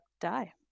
die